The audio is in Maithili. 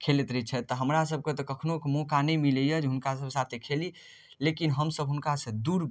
खेलैत रहै छथि तऽ हमरा सबके तऽ कखनोके मौका नहि मिलैया जे हुनका सबके साथे खेली लेकिन हमसब हुनका सऽ दूर